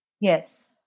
Yes